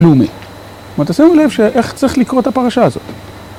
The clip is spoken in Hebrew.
כלומר, תשימו לב איך צריך לקרוא את הפרשה הזאת.